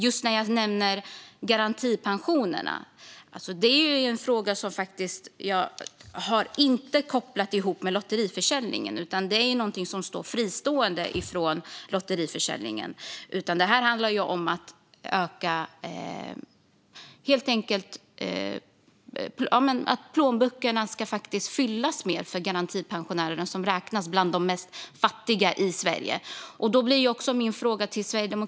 Jag nämnde garantipensionerna, men jag har inte kopplat ihop den frågan med lottförsäljningen. Detta är fristående från lottförsäljningen. Det här handlar om att plånböckerna ska fyllas mer för garantipensionärerna, som räknas till de fattigaste i Sverige.